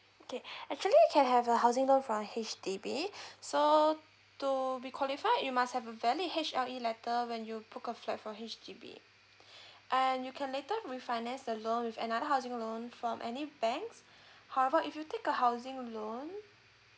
okay actually you can have a housing loan from H_D_B so to be qualified you must have a valid H_L_E letter when you book a flat from H_D_B and you can later refinance the loan with another housing loan from any bank however if you take a housing loan